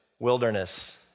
wilderness